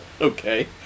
Okay